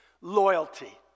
Loyalty